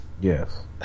Yes